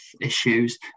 issues